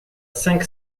cinq